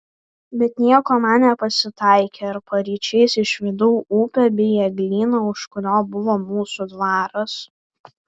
bet nieko man nepasitaikė ir paryčiais išvydau upę bei eglyną už kurio buvo mūsų dvaras